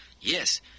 Yes